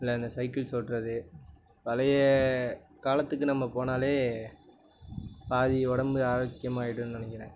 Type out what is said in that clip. இல்லை இந்த சைக்கிள்ஸ் ஓட்டுறது பழைய காலத்துக்கு நம்ம போனாலே பாதி உடம்பு ஆரோக்கியமாயிடுன்னு நினைக்கிறேன்